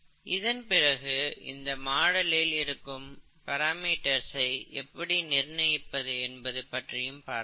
இதன் பிறகு இந்த மாடலில் இருக்கும் பிராமீட்டர்ஸ்ஐ எப்படி நிர்ணயிப்பது என்பது பற்றியும் பார்த்தோம்